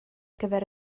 gyfer